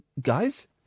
guys